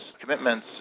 commitments